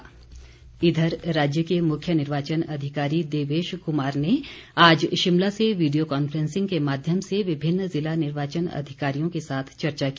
video conferencing इधर राज्य के मुख्य निर्वाचन अधिकारी देवेश कुमार ने आज शिमला से वीडियो कांफ्रेंसिंग के माध्यम से विभिन्न जिला निर्वाचन अधिकारियों के साथ चर्चा की